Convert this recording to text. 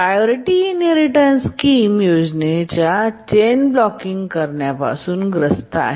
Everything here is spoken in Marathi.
प्रायोरिटी इनहेरिटेन्स स्कीम योजना चैन ब्लॉकिंग करण्यापासून ग्रस्त आहे